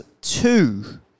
two